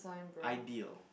ideal